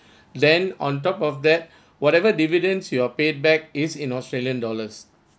then on top of that whatever dividends you're paid back is in australian dollars